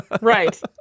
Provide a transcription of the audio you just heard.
Right